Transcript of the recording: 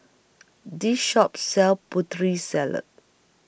This Shop sells Putri Salad